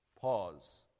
pause